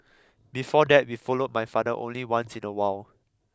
before that we followed my father only once in a while